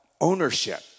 ownership